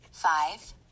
Five